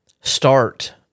start